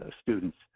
Students